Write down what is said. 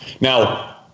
Now